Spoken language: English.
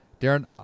Darren